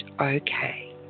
okay